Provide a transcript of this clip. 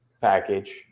package